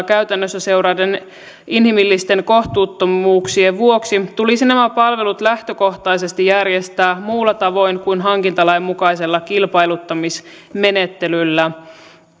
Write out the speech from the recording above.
käytännössä seuraavien inhimillisten kohtuuttomuuksien vuoksi tulisi nämä palvelut lähtökohtaisesti järjestää muulla tavoin kuin hankintalain mukaisella kilpailuttamismenettelyllä